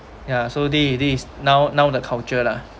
ya so the is this is now now the culture lah